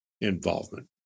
involvement